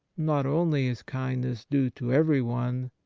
not only is kindness due to everyone,